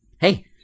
Hey